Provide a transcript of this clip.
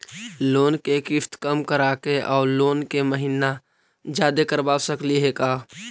Loan के किस्त कम कराके औ लोन के महिना जादे करबा सकली हे का?